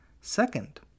Second